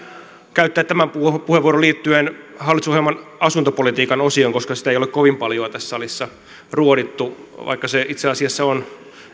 käyttää tämän puheenvuoron liittyen hallitusohjelman asuntopolitiikan osioon koska sitä ei ole kovin paljoa tässä salissa ruodittu vaikka se itse asiassa on